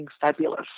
fabulous